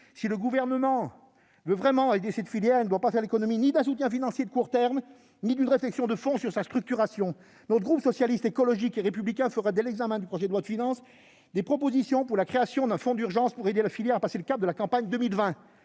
Si le Gouvernement veut vraiment aider cette filière, il ne doit faire l'économie ni d'un soutien financier de court terme ni d'une réflexion de fond sur sa structuration. Le groupe Socialiste, Écologiste et Républicain fera, dès l'examen du projet de loi de finances, des propositions pour la création d'un fonds d'urgence permettant à la filière de passer le cap de la campagne de 2020.